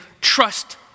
trust